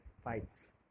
fights